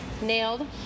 nailed